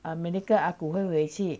err ah gu 回去